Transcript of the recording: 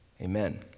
Amen